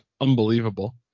unbelievable